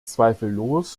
zweifellos